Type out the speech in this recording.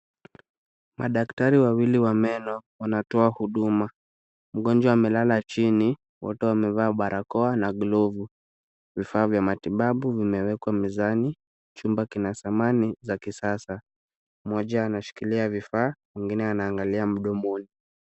Madaktari wawili wa meno wanatoa huduma. Mgonjwa amelala chini, wote wamevaa barakoa na glovu. Vifaa vya matibabu vimewekwa mezani, chumba kina samani ya kisasa. Mmoja anashikilia vifaa mwingine anaangalia mdomoni.